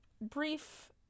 brief